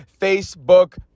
Facebook